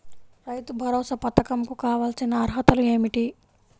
రైతు భరోసా పధకం కు కావాల్సిన అర్హతలు ఏమిటి?